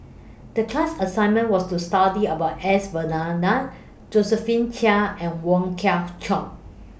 The class assignment was to study about S Varathan Josephine Chia and Wong Kwei Cheong